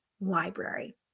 library